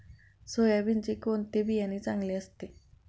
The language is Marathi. सोयाबीनचे कोणते बियाणे चांगले असते?